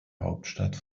hauptstadt